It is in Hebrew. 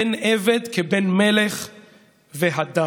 בן עבד כבן מלך והדר.